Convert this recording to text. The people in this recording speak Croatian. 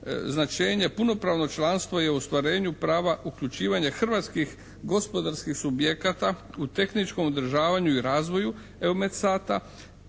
značenje punopravno članstvo je u ostvarenju prava uključivanja hrvatskih gospodarskih subjekata u tehničkom održavanju i razvoju EUMETSAT-a